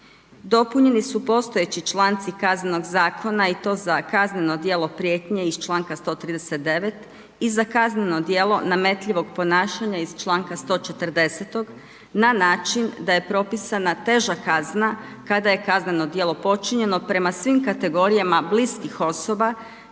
Dopunjeni su postojeći članci Kaznenog zakona i to za kazneno djelo prijetnje iz članka 139. i za kazneno djelo nametljivog ponašanja iz članka 140. na način da je propisana teža kazna kada je kazneno djelo počinjeno prema svim kategorijama bliskih osoba